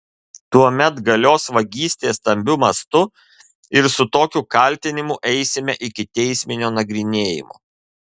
tuomet galios vagystė stambiu mastu ir su tokiu kaltinimu eisime iki teisminio nagrinėjimo